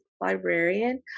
librarian